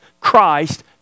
Christ